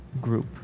group